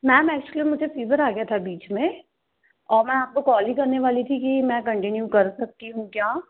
ma'am actually मुझे fever आ गया था बीच में और मैं आपको कॉल ही करने वाली थी कि मैं कन्टिन्यू कर सकती हूँ क्या